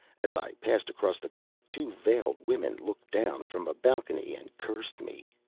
as i passed across the court two veiled women looked down from a balcony and cursed me.